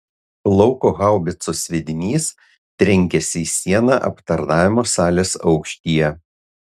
lauko haubicos sviedinys trenkėsi į sieną aptarnavimo salės aukštyje